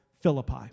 Philippi